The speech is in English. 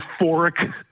euphoric